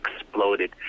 exploded